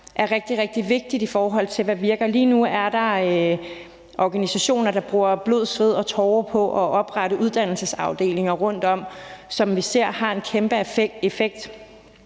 er rigtig, rigtig vigtigt, i forhold til hvad der virker. Lige nu er der organisationer, der bruger blod, sved og tårer på at oprette uddannelsesstillinger rundtom, som vi ser har en kæmpe effekt.